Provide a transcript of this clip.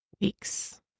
weeks